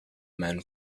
man